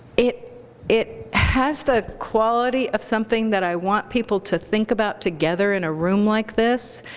it it has the quality of something that i want people to think about together in a room like this,